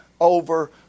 over